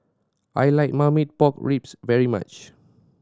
I like Marmite Pork Ribs very much